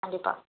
கண்டிப்பாக